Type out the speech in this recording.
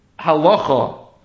halacha